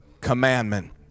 commandment